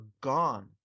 gone